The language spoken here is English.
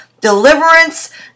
deliverance